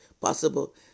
possible